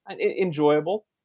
Enjoyable